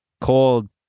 cold